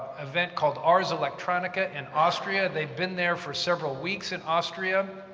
event called ars electronica in austria. they've been there for several weeks in austria,